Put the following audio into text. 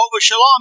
Shalom